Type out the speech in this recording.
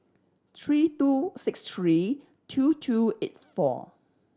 three two six three two two eight four